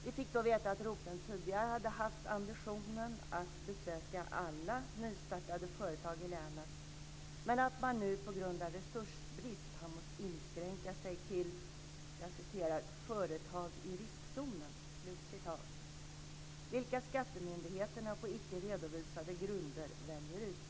Vi fick då veta att roteln tidigare hade haft ambitionen att besöka alla nystartade företag i länet men att man nu på grund av resursbrist måst inskränka sig till "företag i riskzonen", vilka skattemyndigheterna på icke redovisade grunder väljer ut.